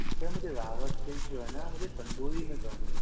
سر مجھے راوس فش جو ہے نا مجھے تندوری میں کرنی ہے